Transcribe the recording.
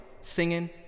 singing